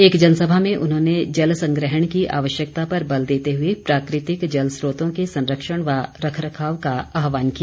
एक जनसभा में उन्होंने जल संग्रहण की आवश्यकता पर बल देते हुए प्राकृतिक जल स्रोतों के संरक्षण व रखरखाव का आहवान किया